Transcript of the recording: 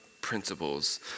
principles